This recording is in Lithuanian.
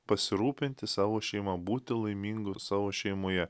pasirūpinti savo šeima būti laimingu savo šeimoje